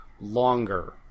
longer